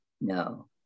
No